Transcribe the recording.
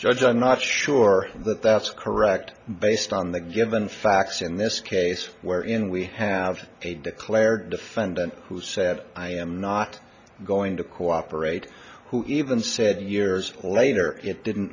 judge i'm not sure that that's correct based on the given facts in this case where in we have a declared defendant who said i am not going to cooperate who even said years later it didn't